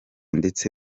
ndetse